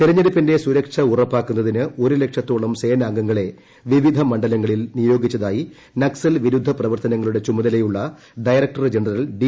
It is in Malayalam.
തെരഞ്ഞെടുപ്പിന്റെ സുരക്ഷ ഉറപ്പാക്കുന്നതിന് ഒരു ലക്ഷത്തോളം സേനാംഗങ്ങളെ വിവിധ മണ്ഡലങ്ങളിൽ നിയോഗിച്ചതായി നക്സൽ വിരുദ്ധ പ്രവർത്തനങ്ങളുടെ ചുമതലയുള്ള ഡയറക്ടർ ജനറൽ ഡി